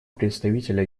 представителя